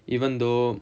even though